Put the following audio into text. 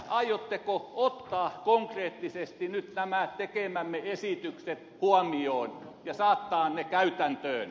aiotteko ottaa konkreettisesti nyt nämä tekemämme esitykset huomioon ja saattaa ne käytäntöön